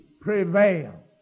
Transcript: prevail